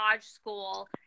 school